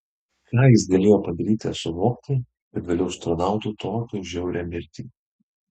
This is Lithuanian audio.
ką jis galėjo padaryti ar suvokti kad vėliau užsitarnautų tokią žiaurią mirtį